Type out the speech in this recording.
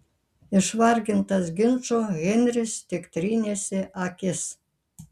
išvargintas ginčo henris tik trynėsi akis